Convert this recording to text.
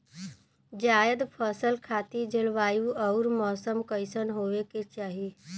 जायद फसल खातिर जलवायु अउर मौसम कइसन होवे के चाही?